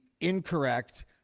incorrect